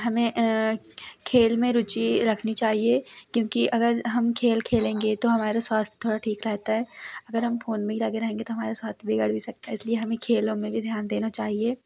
हमें खेल में रुचि रखनी चाहिए क्योंकि अगर हम खेल खेलेंगे तो हमारा स्वास्थ्य थोड़ा ठीक रहता है अगर हम फोन में ही लगे रहेंगे तो हमारा स्वास्थ्य बिगड़ भी सकता है इसलिए हमें खेलों में भी ध्यान देना चाहिए